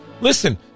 Listen